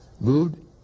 moved